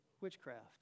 witchcraft